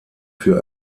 für